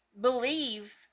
believe